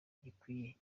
gikwiye